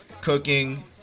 cooking